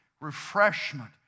refreshment